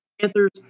Panthers